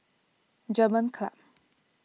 German Club